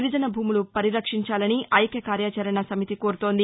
గిరిజన భూములు పరిరక్షించాలని కోరుతూ ఐక్య కార్యాచరణ సమితి కోరుతోంది